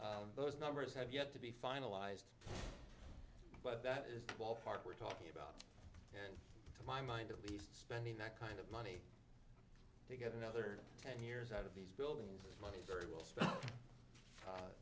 behold those numbers have yet to be finalized but that is the ballpark we're talking about to my mind at least spending that kind of money to get another ten years out of these buildings money very well s